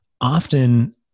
often